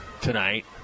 tonight